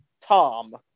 Tom